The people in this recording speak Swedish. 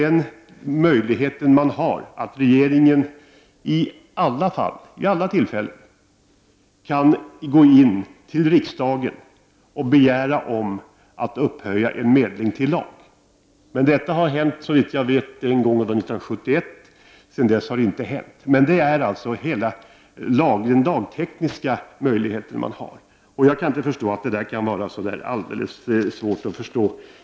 Den möjlighet man har är att regeringen i alla fall — vid alla tillfällen — hos riksdagen kan begära att en medling upphöjs till lag. Men detta har såvitt jag vet inträffat en gång, och det var 1971. Sedan dess har det inte hänt. Det är hela den lagtekniska möjlighet man har. Jag kan inte förstå att det kan vara så svårt att inse.